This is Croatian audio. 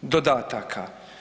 dodataka.